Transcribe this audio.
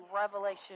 revelation